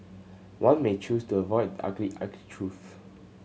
one may choose to avoid ugly ugly truths